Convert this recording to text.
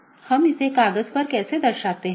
हम इसे कागज पर कैसे दर्शाते हैं